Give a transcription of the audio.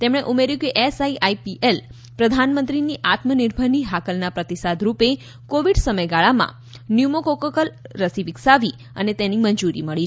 તેમણે ઉમેર્યું કે ડાાજાએ પ્રધાનમંત્રીની આત્મનિર્ભરની હાકલના પ્રતિસાદરૂપે કોવિડ સમયગાળામાં ન્યુમોકોકલ રસી વિકસાવી અને તેની મંજૂરી મળી